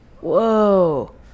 whoa